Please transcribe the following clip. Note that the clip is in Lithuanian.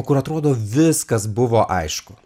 kur atrodo viskas buvo aišku